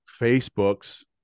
Facebook's